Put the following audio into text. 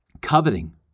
coveting